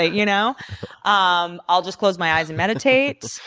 ah you know um i'll just close my eyes and meditate.